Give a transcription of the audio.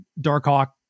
Darkhawk